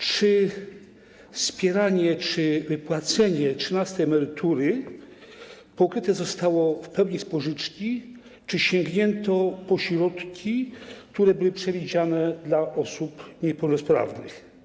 Czy wspieranie, czy wypłata trzynastej emerytury pokryta została w pełni z pożyczki, czy sięgnięto po środki, które były przewidziane dla osób niepełnosprawnych?